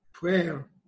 Prayer